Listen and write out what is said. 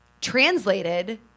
translated